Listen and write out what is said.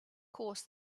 course